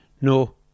No